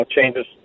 changes